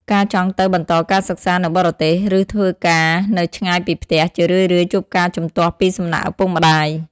ការចង់ទៅបន្តការសិក្សានៅបរទេស ឬធ្វើការងារនៅឆ្ងាយពីផ្ទះ ជារឿយៗជួបការជំទាស់ពីសំណាក់ឪពុកម្តាយ។